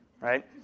right